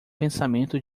pensamento